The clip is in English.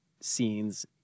scenes